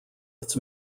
its